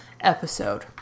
episode